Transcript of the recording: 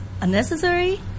unnecessary